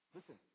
Listen